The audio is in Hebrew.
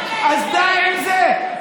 אז די עם זה.